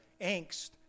angst